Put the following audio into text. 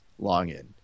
login